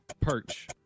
perch